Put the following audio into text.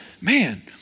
man